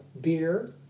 beer